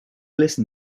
listen